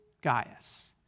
Gaius